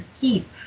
keep